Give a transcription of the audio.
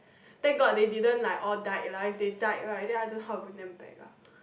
thank god they didn't like all died lah if they died right then I don't know how to bring them back ah